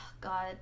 God